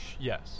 Yes